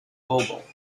global